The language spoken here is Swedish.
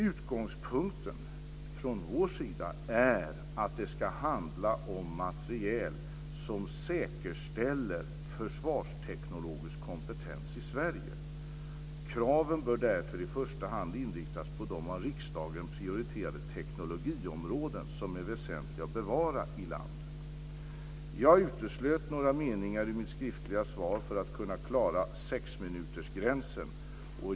Utgångspunkten från vår sida är att det ska handla om materiel som säkerställer försvarsteknologisk kompetens i Sverige. Kraven bör därför i första hand inriktas på de av riksdagen prioriterade teknologiområdena som är väsentliga att bevara i landet. Jag uteslöt några meningar i mitt skriftliga svar för att kunna klara sexminutersgränsen.